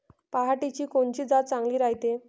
पऱ्हाटीची कोनची जात चांगली रायते?